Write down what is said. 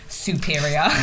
Superior